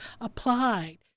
applied